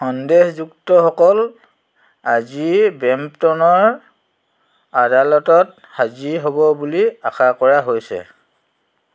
সন্দেহযুক্তসকল আজি ব্ৰেম্পটনৰ আদালতত হাজিৰ হ'ব বুলি আশা কৰা হৈছে